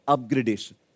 Upgradation